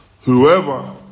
whoever